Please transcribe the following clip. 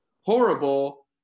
horrible